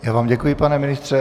Já vám děkuji, pane ministře.